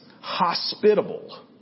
hospitable